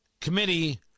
committee